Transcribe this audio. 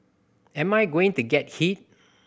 am I going to get hit